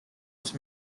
its